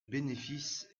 bénéfice